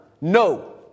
No